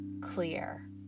clear